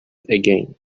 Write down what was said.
again